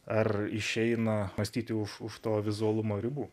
ar išeina mąstyti už už to vizualumo ribų